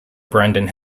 brendan